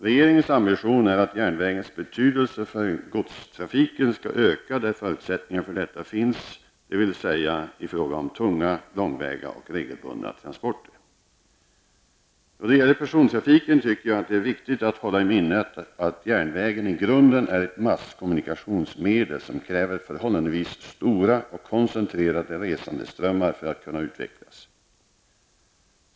Regeringens ambition är att järnvägens betydelse för godstrafiken skall öka där förutsättningar för detta finns, dvs. vid tunga, långväga och regelbundna transporter. Då det gäller persontrafiken tycker jag att det är viktigt att hålla i minnet att järnvägen i grunden är ett masskommunikationsmedel som kräver förhållandevis stora och koncentrerade resandeströmmar för att kunna utvecklas.